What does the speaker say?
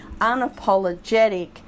unapologetic